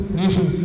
nation